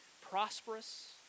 prosperous